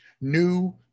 new